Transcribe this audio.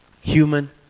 Human